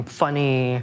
funny